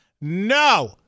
No